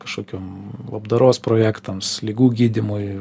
kažkokiom labdaros projektams ligų gydymui